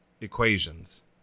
equations